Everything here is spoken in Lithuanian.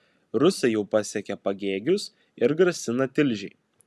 rusai jau pasiekė pagėgius ir grasina tilžei